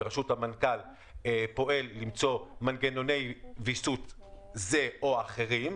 למצוא דרך איך לתגבר את מוקדי המידע.